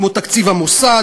כמו תקציב המוסד,